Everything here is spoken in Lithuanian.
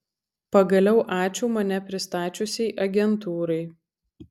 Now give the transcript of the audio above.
pagaliau ačiū mane pristačiusiai agentūrai